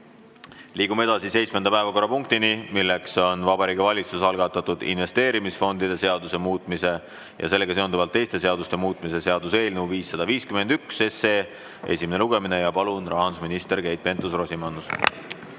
Liigume seitsmenda päevakorrapunkti juurde: Vabariigi Valitsuse algatatud investeerimisfondide seaduse muutmise ja sellega seonduvalt teiste seaduste muutmise seaduse eelnõu 551 esimene lugemine. Palun siia rahandusminister Keit Pentus-Rosimannuse.